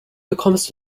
bekommst